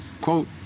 quote